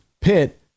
Pitt